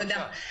תודה.